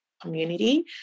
Community